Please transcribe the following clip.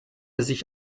sich